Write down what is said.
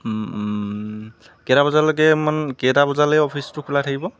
কেইটা বজালৈকে মান কেইটা বজালৈ অফিচটো খোলা থাকিব